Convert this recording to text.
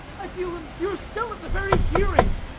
i feel impure still at the very hearing!